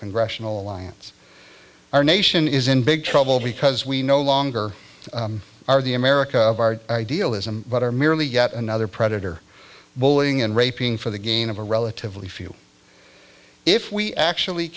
congressional alliance our nation is in big trouble because we no longer are the america of our idealism but are merely yet another predator bullying and raping for the gain of a relatively few if we actually